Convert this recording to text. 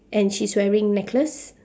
and she's wearing necklace